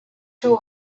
two